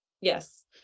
Yes